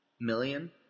million